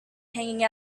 hanging